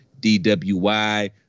DWY